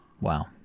Wow